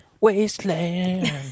Wasteland